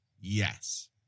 Yes